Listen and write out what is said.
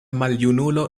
maljunulo